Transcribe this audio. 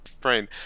brain